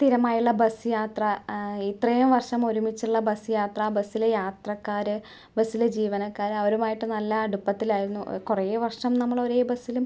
സ്ഥിരമായുള്ള bus യാത്ര ഇത്രയും വർഷം ഒരുമിച്ചുള്ള ബസ്സ് യാത്ര ബസ്സിലെ യാത്രക്കാര് ബസ്സിലെ ജീവനക്കാര് അവരുമായിട്ട് നല്ല അടുപ്പത്തിലായിരുന്നു കുറെ വർഷം നമ്മള് ഒരേ ബസ്സിലും